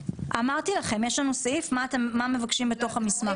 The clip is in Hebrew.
אמרתי לכם יש לנו סעיף מה מבקשים בתוך המסמך.